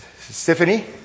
Stephanie